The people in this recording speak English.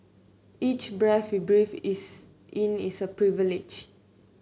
each breath we breathe is in is a privilege